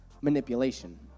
manipulation